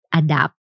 adapt